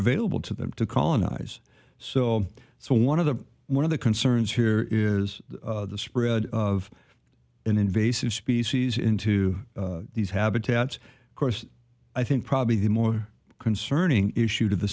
available to them to colonize so so one of the one of the concerns here is the spread of an invasive species into these habitats course i think probably the more concerning issue to the